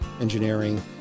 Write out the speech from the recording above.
engineering